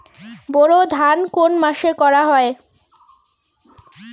বোরো ধান কোন মাসে করা হয়?